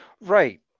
right